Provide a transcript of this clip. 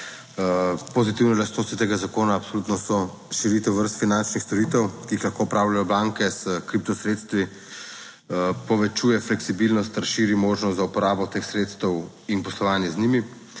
Pozitivne lastnosti tega zakona absolutno so; širitev vrst finančnih storitev, ki jih lahko opravljajo banke s kriptosredstvi, povečuje fleksibilnost, širi možnost za uporabo teh sredstev in poslovanje z njimi,